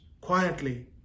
quietly